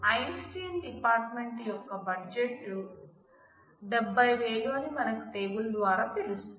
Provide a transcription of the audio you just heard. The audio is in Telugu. ఐన్స్టీన్ డిపార్ట్మెంట్ యొక్క బడ్జెట్ 70000 అని మనకు టేబుల్ ద్వారా తెలుస్తుంది